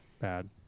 bad